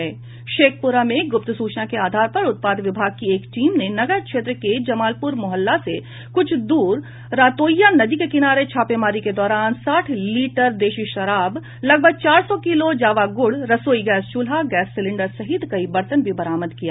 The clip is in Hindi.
शेखपुरा में गुप्त सूचना के आधार पर उत्पाद विभाग की एक टीम ने नगर क्षेत्र के जमालपुर मोहल्ला से कुछ दूर रातोईया नदी के किनारे छापेमारी के दौरान साठ लीटर देशी शराब लगभग चार सौ किलो जावा गूड रसोई गैस चूल्हा गैस सिलिंडर सहित कई बर्तन भी बरामद किया गया